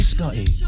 Scotty